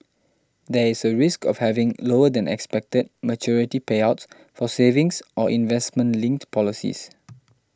there is a risk of having lower than expected maturity payouts for savings or investment linked policies